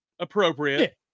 appropriate